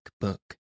book